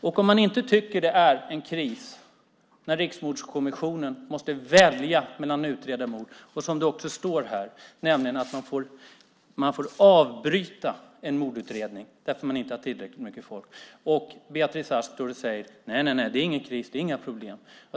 Hur kan man inte tycka att det är en kris när Riksmordkommissionen måste välja mellan mord som ska utredas och som det också står här, nämligen att man får avbryta en mordutredning därför att man inte har tillräckligt mycket folk? Och Beatrice Ask står och säger att det inte är någon kris och inga problem.